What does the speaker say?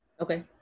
Okay